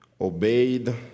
obeyed